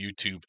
YouTube